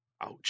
Ouch